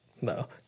No